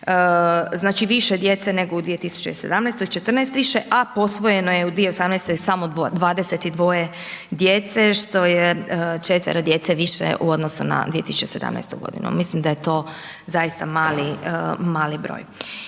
Znači više djece nego u 2017., 14 više, a posvojeno je u 2018. samo 22 djece što je 4 djece više u odnosnu na 2017. godinu. Mislim da je to zaista mali broj.